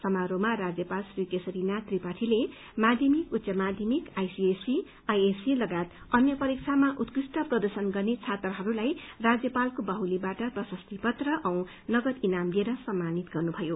समारोहमा राज्यपाल श्री केशरीनाथ त्रिपाठीले माध्यमिक उच्च माध्यमिक आईसीएसई आईएसई लगायत अन्य परीक्षामा उल्कृष्ट प्रदर्शन गर्ने छात्रहरूलाई राज्यपालको बाहुलीबाट प्रशस्ती पत्र औ नगद इनाम दिएर सम्मानित गरे